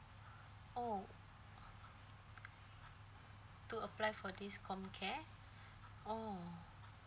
oh to apply for this com care oh